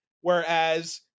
whereas